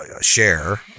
share